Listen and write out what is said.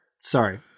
Sorry